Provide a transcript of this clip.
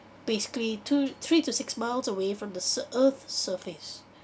basically two three to six miles away from the sur~ earth's surface